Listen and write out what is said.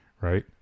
Right